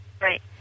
Right